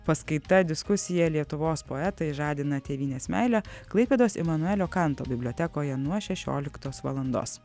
paskaita diskusija lietuvos poetai žadina tėvynės meilę klaipėdos imanuelio kanto bibliotekoje nuo šešioliktos valandos